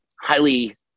highly